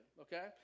okay